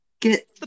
Get